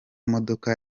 modoka